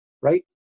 Right